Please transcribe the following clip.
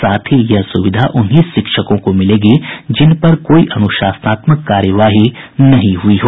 साथ ही यह सुविधा उन्हीं शिक्षकों को मिलेगी जिन पर कोई अनुशासनात्मक कार्यवाही नहीं हुई हो